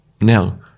Now